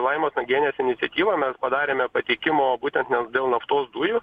laimos nagienės iniciatyva mes padarėme pateikimo būtent dėl naftos dujų